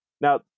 now